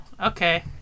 okay